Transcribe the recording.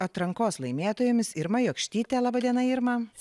atrankos laimėtojomis irma jokštyte laba diena irma